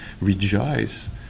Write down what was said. rejoice